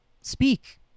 speak